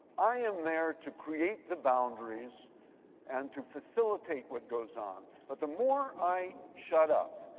i am there to create the boundaries and to facilitate what goes on. but the more i shut up,